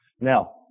Now